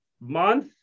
month